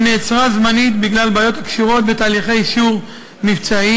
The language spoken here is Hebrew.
היא נעצרה זמנית בגלל בעיות הקשורות בתהליכי אישור מבצעיים,